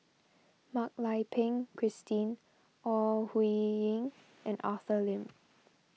Mak Lai Peng Christine Ore Huiying and Arthur Lim